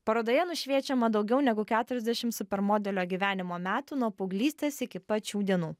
parodoje nušviečiama daugiau negu keturiasdešim supermodelio gyvenimo metų nuo paauglystės iki pat šių dienų